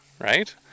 Right